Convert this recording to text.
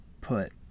put